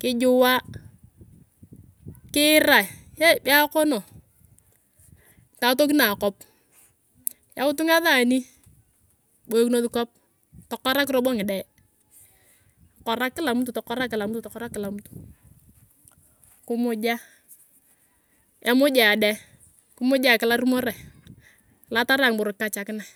kijuwa, kiirae, hee be amonk tatokinae koo, yautu ngasani, kiboikinos kop atokorak robo ngide tokorak kila mtu mtu mtu kumuja, emuj ayong deng, kimujae torumburae kilatarehe ngiboro kikachakinae.